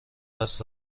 دست